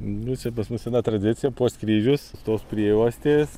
nu čia pas mus sena tradicija puošt kryžius tos prijuostės